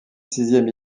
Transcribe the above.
sixième